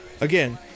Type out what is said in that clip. again